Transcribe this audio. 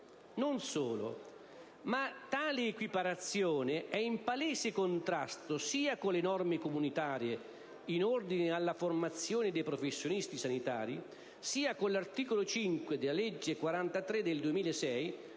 Inoltre, tale equiparazione è in palese contrasto sia con le norme comunitarie in ordine alla formazione dei professionisti sanitari, sia con l'articolo 5 della legge n. 43 del 2006